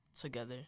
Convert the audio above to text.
together